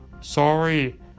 Sorry